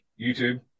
YouTube